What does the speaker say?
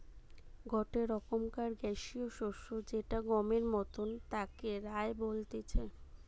গটে রকমকার গ্যাসীয় শস্য যেটা গমের মতন তাকে রায় বলতিছে